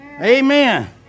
Amen